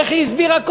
איך היא הסבירה קודם?